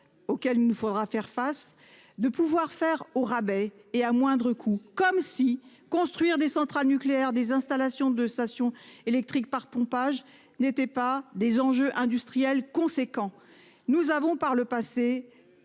Auquel il ne faudra faire face, de pouvoir faire au rabais et à moindre coût, comme si construire des centrales nucléaires, des installations de stations électriques par pompage n'étaient pas des enjeux industriels conséquent. Nous avons par le passé.